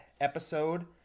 episode